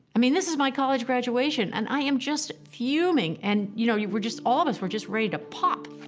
i mean, this is my college graduation and i am just fuming. and you know, we're just. all of us were just ready to pop.